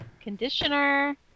conditioner